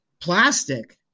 plastic